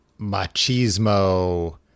machismo